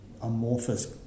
amorphous